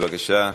בבקשה.